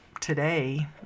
today